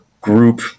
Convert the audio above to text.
group